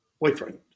boyfriend